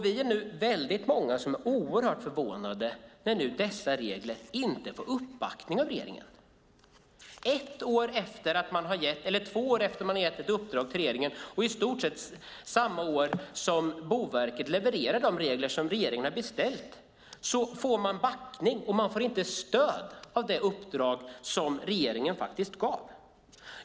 Vi är nu många som är oerhört förvånade när dessa regler inte får uppbackning av regeringen. Två år efter att man har gett ett uppdrag till regeringen och i stort sett samma år som Boverket levererar de regler som regeringen beställt får man backning, och man får inte stöd i fråga om det uppdrag som regeringen faktiskt gav.